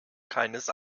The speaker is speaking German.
keines